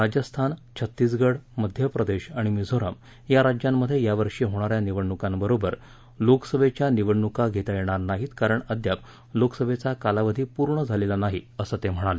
राज्यस्थान छत्तीसगढ मध्यप्रदेश आणि मिझोरम या राज्यांमध्ये यावर्षी होणा या निवडणुकांबरोबर लोकसभेच्या निवडणुका घेता येणार नाहीत कारण अद्याप लोकसभेचा कालावधी पूर्ण झालेला नाही असं ते म्हणाले